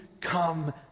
come